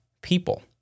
people